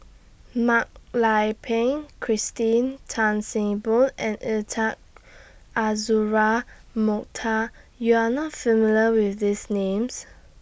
Mak Lai Peng Christine Tan See Boo and Intan Azura Mokhtar YOU Are not familiar with These Names